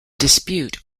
dispute